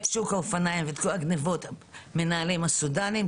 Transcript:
את שוק האופניים וכל הגניבות מנהלים הסודנים,